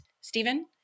Stephen